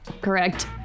correct